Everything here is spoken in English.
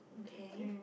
okay